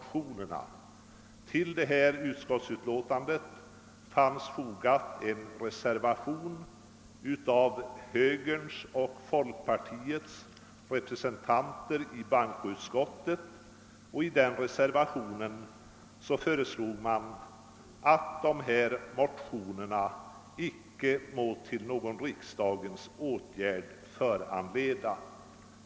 Till detta utlåtande fanns en reservation fogad av högerns och folkpartiets representanter i bankoutskottet, och i denna yrkades att dessa motioner »icke må till någon riksdagens åtgärd föranleda».